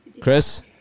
Chris